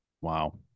Wow